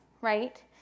right